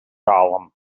column